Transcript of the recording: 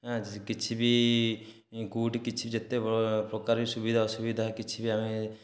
ଆଜି କିଛି ବି କେଉଁଠି କିଛି ଯେତେ ପ୍ରକାର ସୁବିଧା ଅସୁବିଧାକୁ କିଛି ବି ଆମେ